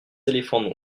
éléphants